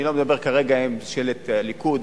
אני לא מדבר כרגע על ממשלת הליכוד,